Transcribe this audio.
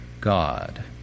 God